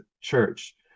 church